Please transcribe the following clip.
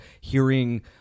hearing